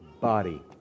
body